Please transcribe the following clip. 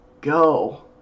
go